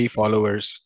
followers